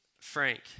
Frank